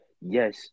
yes